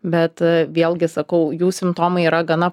bet vėlgi sakau jų simptomai yra gana